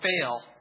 fail